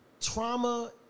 trauma